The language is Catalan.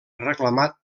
reclamat